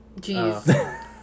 Jeez